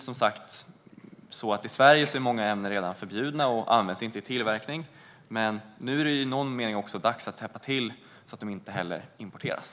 I Sverige är många ämnen som sagt redan förbjudna och används inte i tillverkning. Men nu är det i någon mening dags att täppa till så att de inte heller importeras.